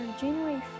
January